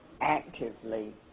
actively